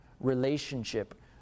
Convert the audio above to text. relationship